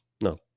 no